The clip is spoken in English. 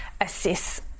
assess